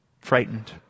frightened